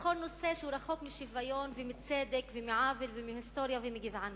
ולבחור נושא שהוא רחוק משוויון ומצדק ומעוול ומהיסטוריה ומגזענות,